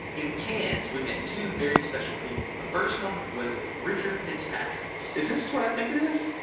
in cairns we met two very special people. the first one was richard fitzpatrick. is this what i think it is?